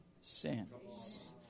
sins